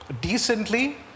Decently